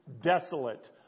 desolate